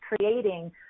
creating